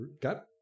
got